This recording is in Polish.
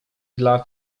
dla